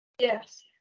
Yes